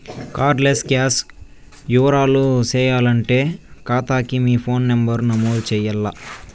card less cash యవ్వారాలు సేయాలంటే కాతాకి మీ ఫోను నంబరు నమోదు చెయ్యాల్ల